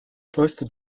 poste